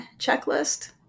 checklist